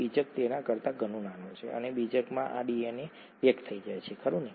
બીજક તેના કરતા ઘણું નાનું છે અને બીજકમાં આ ડીએનએ પેક થઈ જાય છે ખરું ને